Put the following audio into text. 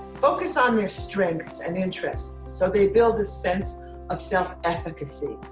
focus on their strengths and interests so they build a sense of self-efficacy.